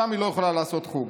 שם היא לא יכולה לעשות חוג.